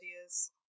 ideas